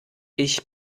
ich